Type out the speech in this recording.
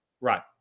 Right